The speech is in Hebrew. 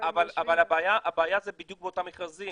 --- אבל להבנתי בזק